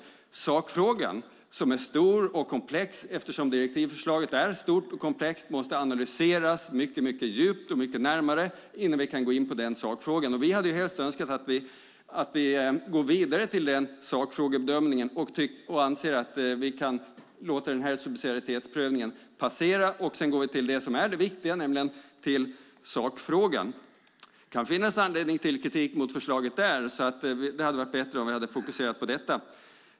Sakfrågan, som är stor och komplex eftersom direktivförslaget är stort och komplext, måste analyseras mycket djupt och mycket närmare innan vi kan gå in på den. Vi hade helst önskat att vi gått vidare till sakfrågebedömningen. Vi anser att vi kan låta den här subsidiaritetsprövningen passera och sedan gå till det som är det viktiga, nämligen sakfrågan. Det kan finnas anledning till kritik mot förslaget där, så det hade varit bättre om vi hade fokuserat på detta.